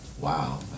Wow